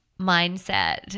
mindset